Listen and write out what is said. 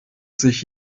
sich